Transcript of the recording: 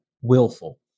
willful